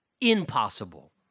impossible